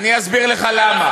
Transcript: אני אסביר לך למה.